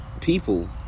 people